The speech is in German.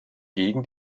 gegen